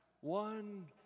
one